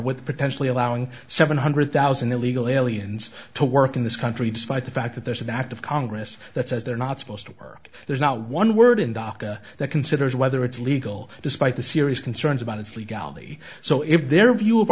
with potentially allowing seven hundred thousand illegal aliens to work in this country despite the fact that there's an act of congress that says they're not supposed to work there's not one word in dhaka that considers whether it's legal despite the serious concerns about its legality so if their view of